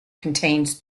contains